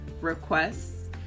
Requests